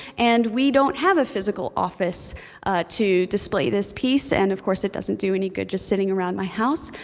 and we don't have a physical office to display this piece, and of course it doesn't do any good just sitting around my house,